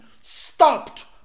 stopped